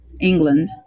England